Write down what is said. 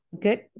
Good